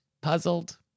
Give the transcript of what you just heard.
puzzled